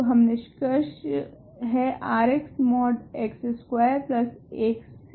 तो हम निष्कर्ष है Rx mode x square 1 C